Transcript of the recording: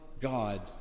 God